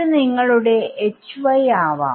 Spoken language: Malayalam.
ഇത് നിങ്ങളുടെ ആവാം